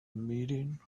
meeting